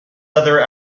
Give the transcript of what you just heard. other